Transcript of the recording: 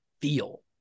feel